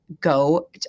go